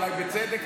אולי בצדק,